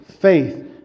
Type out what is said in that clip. faith